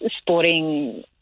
sporting